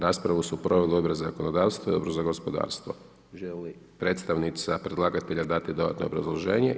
Raspravu su proveli Odbor za zakonodavstvo i Odbor za gospodarstvo, želi li predstavnica predlagatelja dati dodatno obrazloženje?